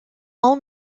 all